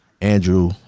Andrew